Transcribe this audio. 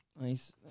Nice